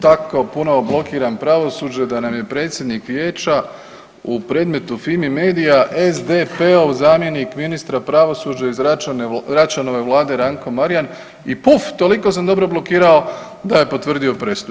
Tako puno blokiram pravosuđe da nam je predsjednik vijeća u predmetu Fimi medija SDP-ov zamjenik ministra pravosuđa iz Račanove vlade Ranko Marjan i puf toliko sam dobro blokirao da je potvrdio presudu.